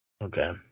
Okay